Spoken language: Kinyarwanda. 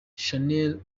channel